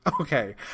Okay